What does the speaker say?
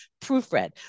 proofread